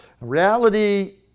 Reality